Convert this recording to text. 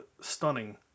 stunning